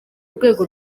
urwego